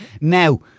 now